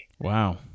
Wow